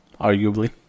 Arguably